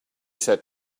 said